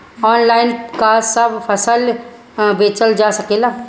Online का सब फसल बेचल जा सकेला?